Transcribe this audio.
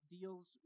deals